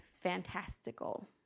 fantastical